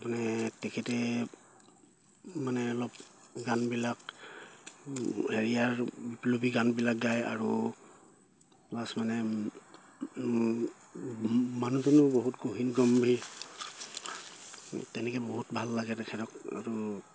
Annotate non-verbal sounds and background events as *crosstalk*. মানে তেখেতে মানে অলপ গানবিলাক হেৰিয়াৰ *unintelligible* গানবিলাক গায় আৰু প্লাছ মানে মানুহজনো বহুত গহীন গম্ভীৰ তেনেকে বহুত ভাল লাগে তেখেতক আৰু